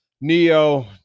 Neo